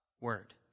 word